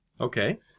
okay